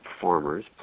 farmers